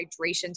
hydration